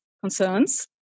concerns